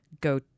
go